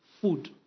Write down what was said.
food